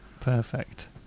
Perfect